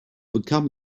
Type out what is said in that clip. become